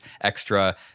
extra